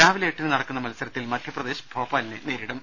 രാവിലെ എട്ടിന് നടക്കുന്ന മത്സരത്തിൽ മധ്യപ്രദേശ് ഭോപ്പാലിനെ നേരിടും